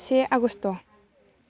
से आगस्ट'